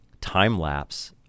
time-lapse